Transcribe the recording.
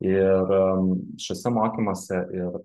ir šiuose mokymuose ir